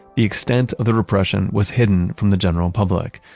the extent of the repression was hidden from the general public.